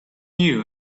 you